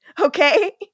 Okay